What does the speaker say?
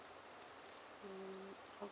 mm